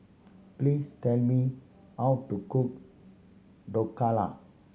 please tell me how to cook Dhokla